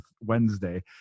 wednesday